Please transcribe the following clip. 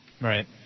Right